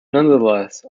nonetheless